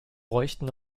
bräuchten